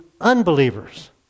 unbelievers